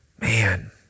man